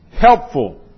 Helpful